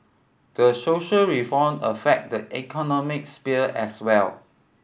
the social reform affect the economic sphere as well